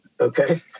Okay